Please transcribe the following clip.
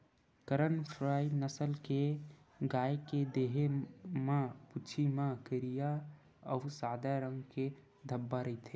करन फ्राइ नसल के गाय के देहे म, पूछी म करिया अउ सादा रंग के धब्बा रहिथे